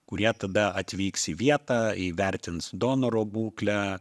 kurie tada atvyks į vietą įvertins donoro būklę